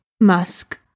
Musk